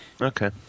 Okay